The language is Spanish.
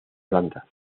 plantas